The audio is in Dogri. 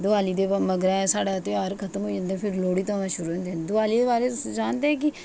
दिवाली दे मगरा साढ़े धेयार खत्म होई जंदे फ्ही लोह्ड़ी शुरू होई जंदे दिवाली दे बारै तुस जानदे ई न